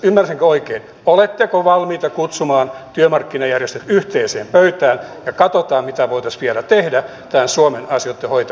ymmärsinkö oikein oletteko valmiita kutsumaan työmarkkinajärjestöt yhteiseen pöytään niin että katsotaan mitä voitaisiin vielä tehdä näiden suomen asioitten hoitamiseksi